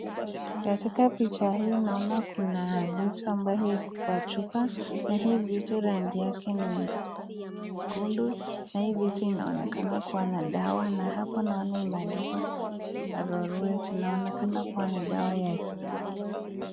Katika picha hii naona vitu ambayo iko wa chupa . Hii vitu rangi yake ni nyekundu na hii vitu inaonekana kuwa na dawa na pia naona imeandikwa Oral wet kama kwamba ni dawa ya